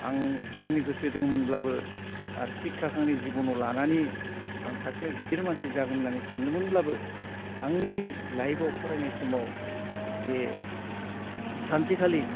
आं फरायनो गोसो दंमोनब्लाबो आरो सिख्खाखौ आंनि जिब'नाव लानानै आं सासे गिदिर मानसि जागोन होननानै सानदोंमोनब्लाबो आंनि लाइफआव फरायनाय समाव जे सानसेखालि